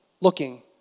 looking